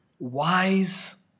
Wise